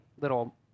little